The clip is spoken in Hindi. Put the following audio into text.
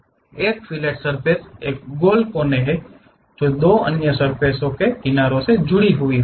एक फिलेट सर्फ़ेस एक गोल कोने है जो दो अन्य सर्फ़ेस के किनारों को जोड़ती है